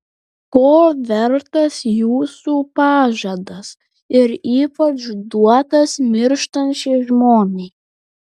ko vertas jūsų pažadas ir ypač duotas mirštančiai žmonai